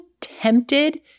tempted